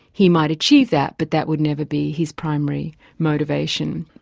he might achieve that, but that would never be his primary motivation.